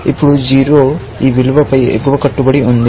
ఇప్పుడు 0 ఈ విలువపై ఎగువ కట్టుబడి ఉంది